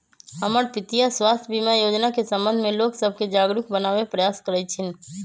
हमर पितीया स्वास्थ्य बीमा जोजना के संबंध में लोग सभके जागरूक बनाबे प्रयास करइ छिन्ह